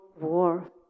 war